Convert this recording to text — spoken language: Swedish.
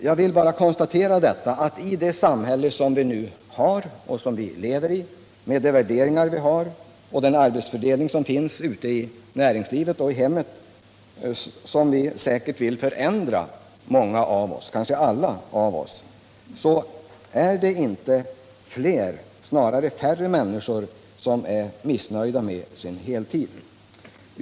Jag vill bara konstatera att i det samhälle som vi nu har, med de värderingar vi har och den arbetsfördelning som finns ute i näringslivet och i hemmen — och som säkert många, kanske alla av oss vill förändra - så är det inte fler, snarare färre människor som är missnöjda med sin deltid.